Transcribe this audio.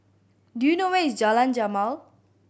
do you know where is Jalan Jamal